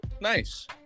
Nice